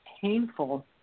painful